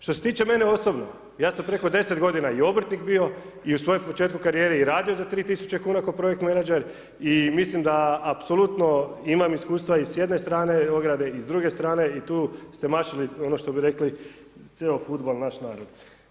Što se tiče mene osobno, ja sam preko 10 godina i obrtnik bio i u svojem početku karijere i radio za 3 tisuće kuna kao projektni menadžer i mislim da apsolutno imam iskustva i s jedne strane ograne i s druge strane i tu ste mašili ono što bi rekli „cijeli fudbal“ naš narod.